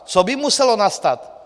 Co by muselo nastat?